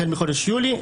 החל מחודש יולי,